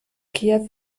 kiew